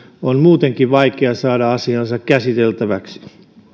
on muutenkin vaikea saada asiaansa käsiteltäväksi